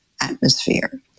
atmosphere